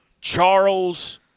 Charles